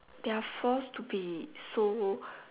they are forced to be so